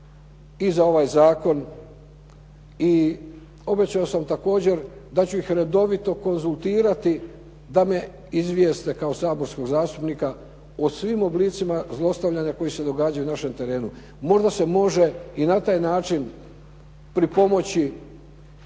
za ovaj zakon i obećao sam također da ću ih redovito konzultirati da me izvijeste kao saborskog zastupnika o svim oblicima zlostavljanja koji se događaju na našem terenu. Možda se može i na taj način pripomoći